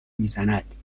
میزند